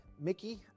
Mickey